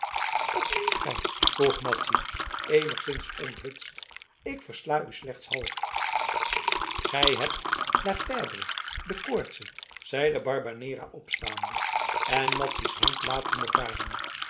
wat meent gij vroeg madzy eenigszins onthutst ik versta u slechts half gij hebt la febbre de koortse zeide barbanera opstaande en madzy's hand latende varen